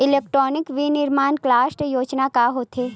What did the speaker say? Electronic विनीर्माण cluster योजना का होथे?